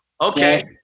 Okay